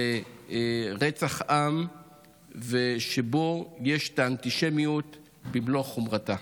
רצח עם שבו יש אנטישמיות במלוא חומרתה.